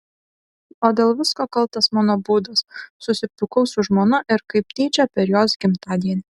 o dėl visko kaltas mano būdas susipykau su žmona ir kaip tyčia per jos gimtadienį